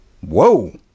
whoa